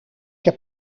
heb